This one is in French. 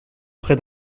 près